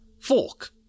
Fork